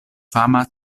fama